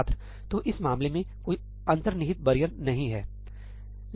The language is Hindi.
छात्र तो इस मामले में कोई अंतर्निहित बैरियर नहीं है